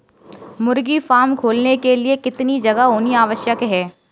मुर्गी फार्म खोलने के लिए कितनी जगह होनी आवश्यक है?